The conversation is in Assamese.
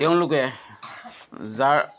তেওঁলোকে জাৰ